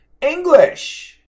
English